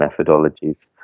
methodologies